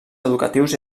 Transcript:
educatius